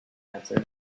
answered